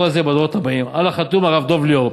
הזה ובדורות הבאים"; על החתום: הרב דב ליאור.